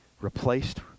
replaced